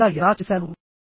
నేను ఇలా ఎలా చేశాను